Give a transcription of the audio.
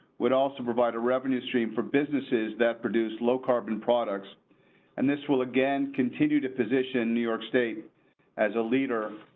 would also provide a revenue stream for businesses that produce low carbon products and this will again continue to position new york state as a leader.